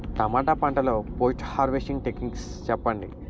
టమాటా పంట లొ post harvesting techniques చెప్పండి?